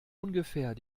ungefähr